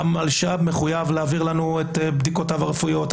המלש"ב מחויב להעביר לנו את בדיקותיו הרפואיות,